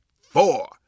four